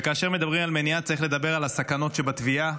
וכאשר מדברים על מניעה צריך לדבר על הסכנות שבטביעה,